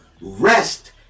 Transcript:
rest